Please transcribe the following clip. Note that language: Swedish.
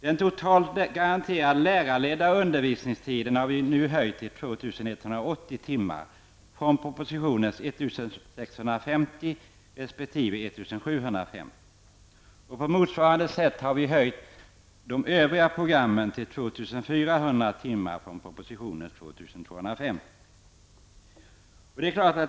Den totala garanterade lärarledda undervisningstiden har vi nu höjt till 2 180 timmar från propositionens 1 650 resp. 1 750 timmar. På motsvarande sätt har vi höjt de övriga programmen till 2 400 timmar från propositionens 2 250.